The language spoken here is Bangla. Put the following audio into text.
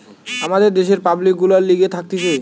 আমাদের দ্যাশের পাবলিক গুলার লিগে থাকতিছে